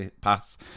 pass